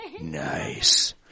Nice